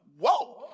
whoa